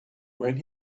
when